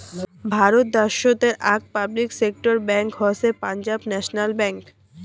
ভারত দ্যাশোতের আক public sector bank হসে পাঞ্জাব ন্যাশনাল ব্যাঙ্ক